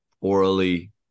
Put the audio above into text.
orally